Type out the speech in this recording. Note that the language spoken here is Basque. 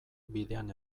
bidean